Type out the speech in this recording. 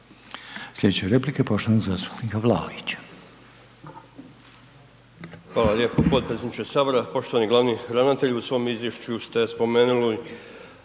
Slijedeće replike poštovanog zastupnika Vlaovića.